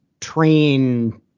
train